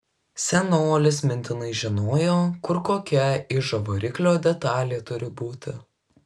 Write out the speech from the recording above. senolis mintinai žinojo kur kokia ižo variklio detalė turi būti